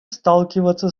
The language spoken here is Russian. сталкиваться